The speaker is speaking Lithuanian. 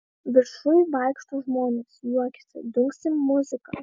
viršuj vaikšto žmonės juokiasi dunksi muzika